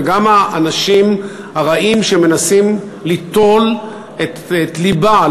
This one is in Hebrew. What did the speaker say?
וגם האנשים הרעים שמנסים ליטול את לבה,